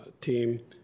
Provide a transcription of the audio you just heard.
team